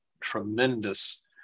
tremendous